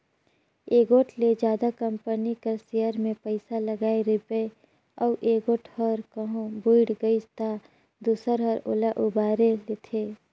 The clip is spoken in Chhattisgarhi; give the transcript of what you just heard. एगोट ले जादा कंपनी कर सेयर में पइसा लगाय रिबे अउ एगोट हर कहों बुइड़ गइस ता दूसर हर ओला उबाएर लेथे